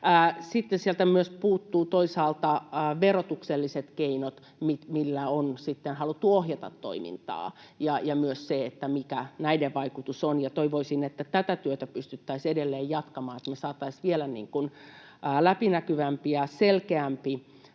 sieltä myös puuttuvat toisaalta verotukselliset keinot, millä on sitten haluttu ohjata toimintaa, ja myös se, mikä näiden vaikutus on. Toivoisin, että tätä työtä pystyttäisiin edelleen jatkamaan, että me saataisiin vielä läpinäkyvämpi ja selkeämpi